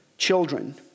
Children